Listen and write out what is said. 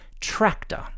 tractor